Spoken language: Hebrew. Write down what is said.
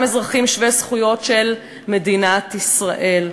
אזרחים שווי זכויות של מדינת ישראל.